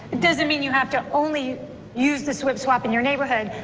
doesn't mean you have to only use the flip-flop in your neighborhood.